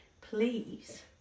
Please